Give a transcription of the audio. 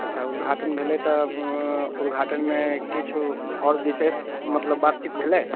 अच्छा उदघाटन भेलै तऽ उदघाटनमे किछु आओर विशेष मतलब बातचीत भेलै